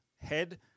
head